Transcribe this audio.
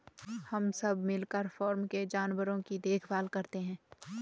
हम सब मिलकर फॉर्म के जानवरों की देखभाल करते हैं